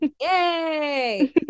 Yay